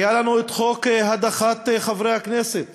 היה לנו את חוק הדחת חברי הכנסת,